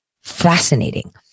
fascinating